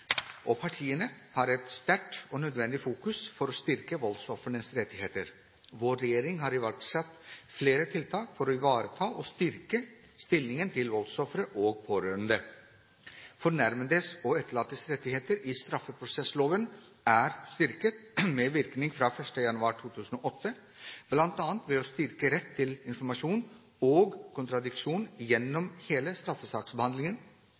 og de rød-grønne partiene – har et sterkt og nødvendig fokus på å styrke voldsofrenes rettigheter. Vår regjering har iverksatt flere tiltak for å ivareta og styrke stillingen til voldsofre og pårørende. Fornærmedes og etterlattes rettigheter i straffeprosessloven er styrket, med virkning fra 1. januar 2008, bl.a. ved å styrke rett til informasjon og kontradiksjon gjennom hele straffesaksbehandlingen,